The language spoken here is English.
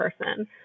person